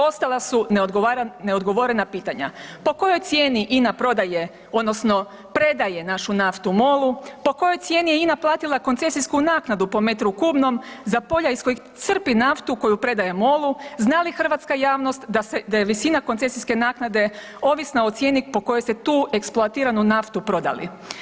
Ostala su neodgovorena pitanja, po kojoj cijeni INA prodaje odnosno predaje našu naftu MOL-u, po kojoj cijeni je INA Platila koncesijsku naknadu po metru kubnom za polja iz kojih crpi naftu koja predaje MOL-u, zna li hrvatska javnost da je visina koncesijske naknade ovisna o cijeni po kojoj ste tu eksploatiranu naftu prodali?